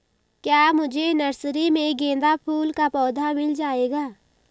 क्या मुझे नर्सरी में गेंदा फूल का पौधा मिल जायेगा?